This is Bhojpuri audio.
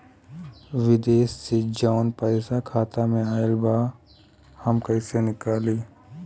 विदेश से जवन पैसा खाता में आईल बा हम कईसे निकाली?